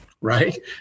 Right